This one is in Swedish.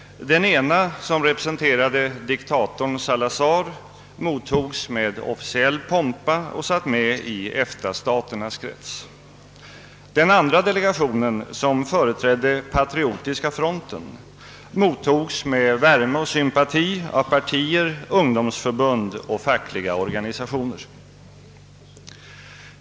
Den ena som representerade diktatorn Salazar mottogs med officiell pompa och satt med i EFTA-staternas krets. Den andra delegationen som företrädde Patriotiska fronten mottogs med värme och sympati av partier, ungdomsförbund och fackliga organisationer.